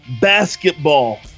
basketball